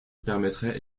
permettrait